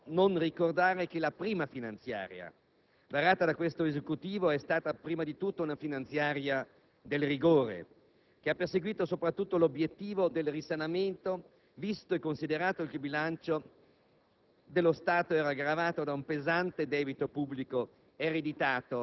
Nella valutazione del provvedimento in esame, infatti, non si può non ricordare che la prima finanziaria varata da questo Esecutivo è stata prima di tutto una finanziaria del rigore, la quale ha perseguito soprattutto l'obiettivo del risanamento, visto e considerato che il bilancio